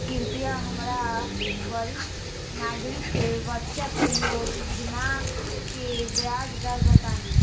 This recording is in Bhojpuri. कृपया हमरा वरिष्ठ नागरिक बचत योजना के ब्याज दर बताई